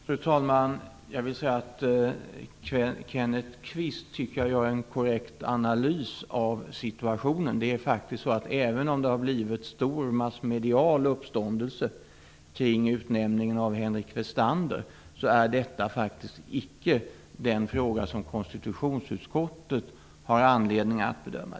Fru talman! Jag tycker att Kenneth Kvist gör en korrekt analys av situationen. Även om det har blivit stor massmedial uppståndelse kring utnämningen av Henrik Westander är detta icke den fråga som konstitutionsutskottet har anledning att bedöma.